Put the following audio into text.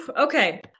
Okay